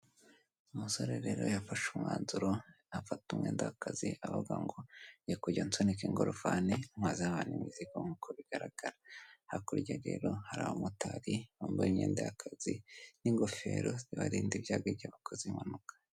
Umusore rero yafashe umwanzuro afata umwenda wakazi avuga ngo ngiye kujya nsunika ingorofani ntwaze abantu imizigo nkuko bigaragara, hakurya rero hari abamotari bambaye imyenda y'akazi n'ingofero zibarinda ibyago igihe bakoze impanuka.